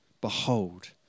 Behold